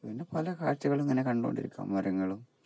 പിന്നെ പല കാഴ്ച്ചകളും ഇങ്ങനെ കണ്ടുകൊണ്ടിരിക്കും മരങ്ങളും